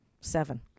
seven